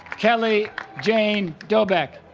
kelly jane dobeck